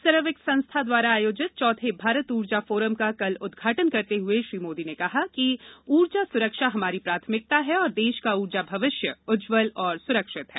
CERAWeek संस्था द्वारा आयोजित चौथे भारत ऊर्जा फोरम का कल उदघाटन करते हुए श्री मोदी ने कहा कि ऊर्जा सुरक्षा हमारी प्राथमिकता है और देश का ऊर्जा भविष्य उज्जवल और सुरक्षित है